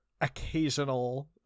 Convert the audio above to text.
occasional